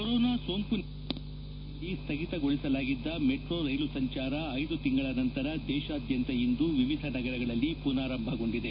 corona ಸೋಂಕು ನಿಯಂತ್ರಣ ಹಿನ್ತೆಲೆಯಲ್ಲಿ ಸ್ನಗಿತಗೊಳಿಸಲಾಗಿದ್ದ ಮೆಟ್ರೋ ರೈಲು ಸಂಚಾರ ಐದು ತಿಂಗಳ ನಂತರ ದೇಶಾದ್ಯಂತ ಇಂದು ವಿವಿಧ ನಗರಗಳಲ್ಲಿ ಪುನಾರಂಭಗೊಂಡಿದೆ